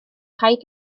rhaid